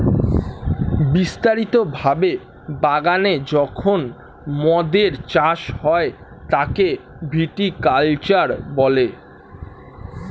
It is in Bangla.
বিস্তারিত ভাবে বাগানে যখন মদের চাষ হয় তাকে ভিটি কালচার বলে